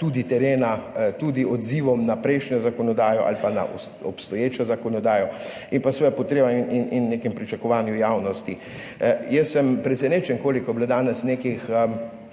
tudi terena, tudi odzivom na prejšnjo zakonodajo ali na obstoječo zakonodajo in seveda potrebam in nekemu pričakovanju javnosti. Jaz sem presenečen, koliko je bilo danes nekih,